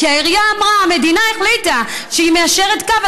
כי העירייה אמרה: המדינה החליטה שהיא מיישרת קו,